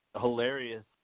hilarious